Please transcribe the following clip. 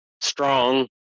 Strong